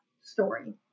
story